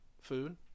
food